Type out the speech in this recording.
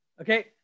Okay